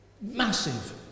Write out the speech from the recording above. Massive